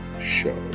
show